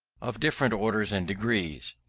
of different orders and degrees.